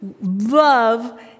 love